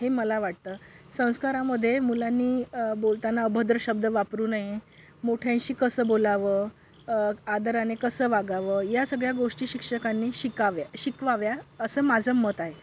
हे मला वाटतं संस्कारामध्ये मुलांनी बोलताना अभद्र शब्द वापरू नये मोठ्यांशी कसं बोलावं आदराने कसं वागावं या सगळ्या गोष्टी शिक्षकांनी शिकाव्या शिकवाव्या असं माझं मत आहे